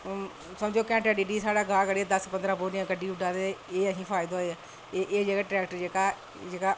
समझो घैंटा डेढ़ च साढ़ा गाह् गढ़ी गेआ ते दस्स पंदरां कड्ढी ओड़दा ते एह् असेंगी फायदा होआ एह् जेह्का ट्रैक्टर जेह्का